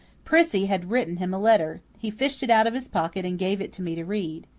prissy had written him a letter he fished it out of his pocket and gave it to me to read.